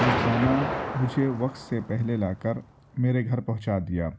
وہ کھانا مجھے وقت سے پہلے لا کر میرے گھر پہنچا دیا